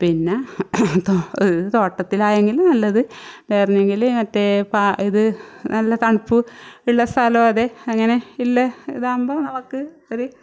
പിന്നെ ഒരു തോട്ടത്തിലായെങ്കിൽ നല്ലത് വേറെ എന്തെങ്കിലും മറ്റേ ഇത് നല്ല തണുപ്പ് ഉള്ള സ്ഥലം അതെ അങ്ങനെ ഇല്ല ഇതാകുമ്പോൾ നമുക്ക് ഒരു